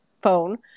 phone